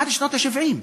עד שנות ה-70.